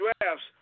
drafts